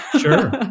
Sure